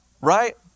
right